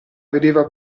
vedeva